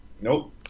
Nope